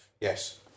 Yes